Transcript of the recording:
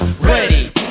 ready